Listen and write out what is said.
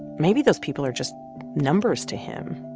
maybe those people are just numbers to him.